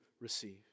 receive